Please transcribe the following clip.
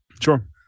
sure